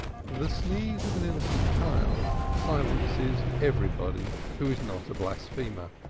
the sneeze of an innocent child silences everybody who is not a blasphemer.